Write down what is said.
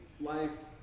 life